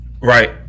Right